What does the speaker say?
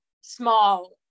small